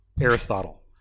Aristotle